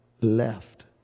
left